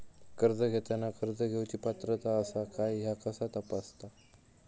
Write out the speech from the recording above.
कर्ज घेताना कर्ज घेवची पात्रता आसा काय ह्या कसा तपासतात?